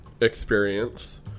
experience